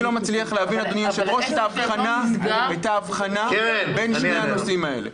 אני לא מצליח להבין את ההבחנה בין שני הנושאים האלה.